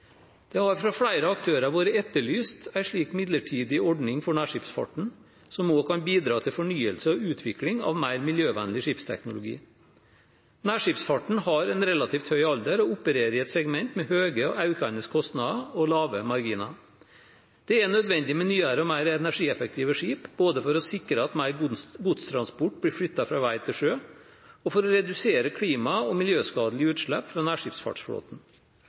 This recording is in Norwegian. Det har fra flere aktører vært etterlyst en slik midlertidig ordning for nærskipsfarten som også kan bidra til fornyelse og utvikling av mer miljøvennlig skipsteknologi. Nærskipsfarten har en relativt høy alder og opererer i et segment med høye og økende kostnader og lave marginer. Det er nødvendig med nyere og mer energieffektive skip, både for å sikre at mer godstransport blir flyttet fra vei til sjø og for å redusere klima- og miljøskadelige utslipp fra nærskipsfartsflåten.